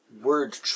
word